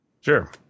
Sure